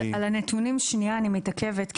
אני מתעכבת שנייה על הנתונים,